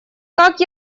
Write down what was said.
как